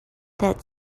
that